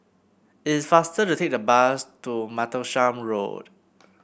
it is faster to take the bus to Martlesham Road